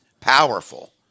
powerful